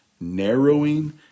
Narrowing